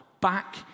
back